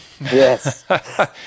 Yes